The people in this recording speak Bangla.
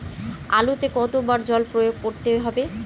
আলুতে কতো বার জল প্রয়োগ করতে হবে?